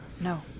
no